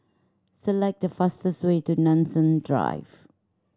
select the fastest way to Nanson Drive